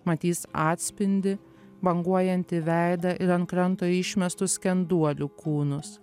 matys atspindį banguojantį veidą ir ant kranto išmestus skenduolių kūnus